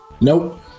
Nope